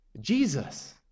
Jesus